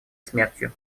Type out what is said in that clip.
смертью